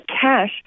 cash